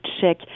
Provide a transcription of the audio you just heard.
check